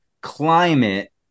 climate